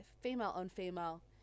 Female-on-female